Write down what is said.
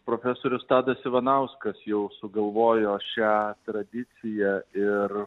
profesorius tadas ivanauskas jau sugalvojo šią tradiciją ir